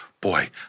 boy